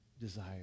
desire